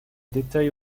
détails